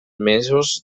mesos